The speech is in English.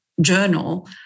journal